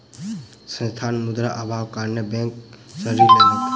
संस्थान, मुद्रा अभावक कारणेँ बैंक सॅ ऋण लेलकै